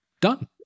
Done